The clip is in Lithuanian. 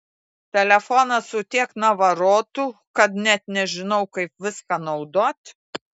telefonas su tiek navarotų kad net nežinau kaip viską naudot